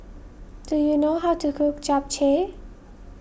do you know how to cook Japchae